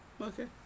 Okay